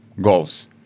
goals